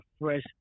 fresh